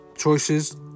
choices